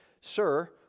Sir